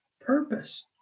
purpose